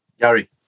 Gary